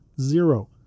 Zero